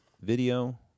video